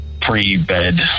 pre-bed